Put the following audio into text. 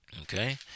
Okay